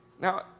Now